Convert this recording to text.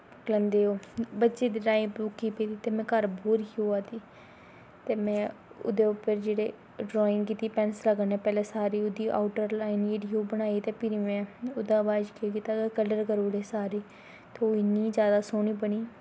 केह् गलांदे बच्चें दी ड्राईंग पेदे ते में घर बोर ही होआ दी ते में ओह्दै उप्पर जेह्ड़े ड्राईंग कीती पैंसला कन्नै पैह्लैं सारी ओह्दी आउट्र लाइन जेह्ड़ी ओह् बनाई ते फ्ही में ओह्दै शा बाद केह् कीता कल्लर करी ओड़े सारे ते ओह् इन्नी जादा सोह्नी बनी